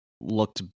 looked